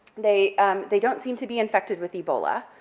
they um they don't seem to be infected with ebola,